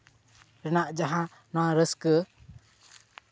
ᱨᱮᱱᱟᱜ ᱡᱟᱦᱟᱸ ᱱᱚᱣᱟ ᱨᱟᱹᱥᱠᱟᱹ